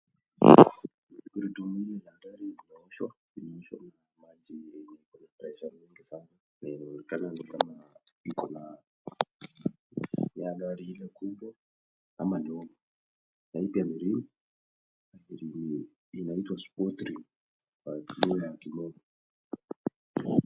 Gurudumu hili la gari linaoshwa na maji yenye pressure mingi sana. Inaonekana ni kama ni ya gari kubwa au ndogo. Pia lina rim . Rim hii inaitwa Sport Rim kwa lugha ya kimombo.